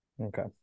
Okay